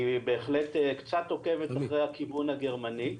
היא בהחלט קצת עוקבת אחרי הכיוון הגרמני,